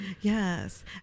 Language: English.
Yes